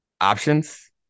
options